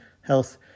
health